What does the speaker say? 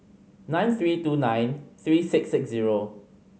nine three two nine three six six zero